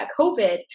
COVID